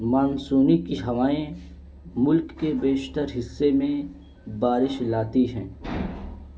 مانسونی کی ہوائیں ملک کے بیشتر حصے میں بارش لاتی ہیں